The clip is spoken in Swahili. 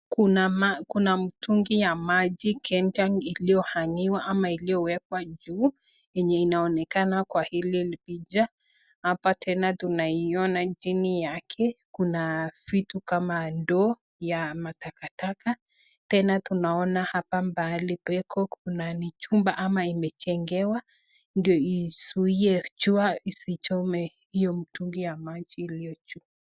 Kuna ma Kuna mtungi ya maji kentank iliyo [cs[hangiwa ama iliyowekwa juu yenye inaonekana kwa hili lipicha. Hapa tena tunaiona chini yake kuna vitu kama ndoo ya matakataka. Tena tunaona mahali hapa pahali peko kuna ni chumba ama imejengewa ndo izuie jua isichome hio mtungi ya maji iliyo juu.